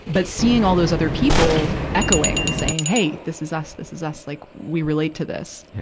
but seeing all those other people echoing and saying, hey! this is us. this is us. like we relate to this.